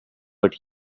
but